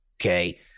okay